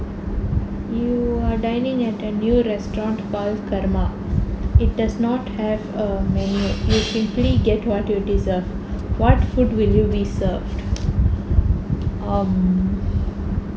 you are dining at the new restaurant it does not have a menu you simply get what you deserve what food will you be served um